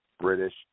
British